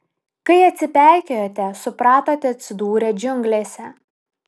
kai atsipeikėjote supratote atsidūrę džiunglėse